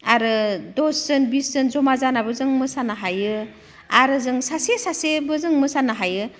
आरो दसजोन बिसजोन जमा जानाबो जों मोसानो हायो आरो जों सासे सासेबो जों मोसानो हायो